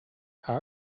how